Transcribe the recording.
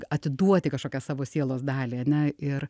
atiduoti kažkokią savo sielos dalį ane ir